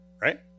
right